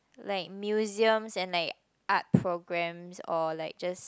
like museums and like art programs or like just